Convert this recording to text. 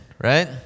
right